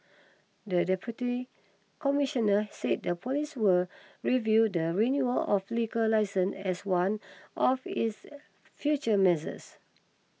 the Deputy Commissioner said the police will review the renewal of liquor licences as one of its future measures